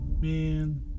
Man